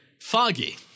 foggy